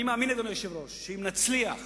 אני מאמין, אדוני היושב-ראש, שאם נצליח